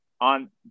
on